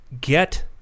get